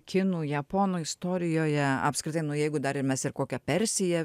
kinų japonų istorijoje apskritai jeigu dar ir mes ir kokią persiją